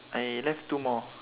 I left two more